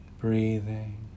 breathing